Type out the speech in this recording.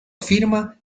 afirma